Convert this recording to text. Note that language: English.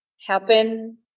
happen